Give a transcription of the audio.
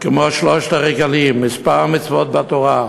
כמו שלושת הרגלים, מספר המצוות בתורה,